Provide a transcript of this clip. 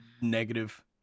Negative